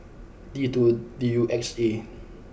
T two D U X A